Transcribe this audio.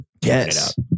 Yes